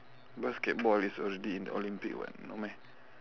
basketball is already in olympic [what] no meh